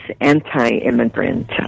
anti-immigrant